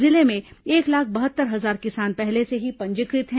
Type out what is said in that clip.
जिले में एक लाख बहत्तर हजार किसान पहले से ही पंजीकृत हैं